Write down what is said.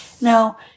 Now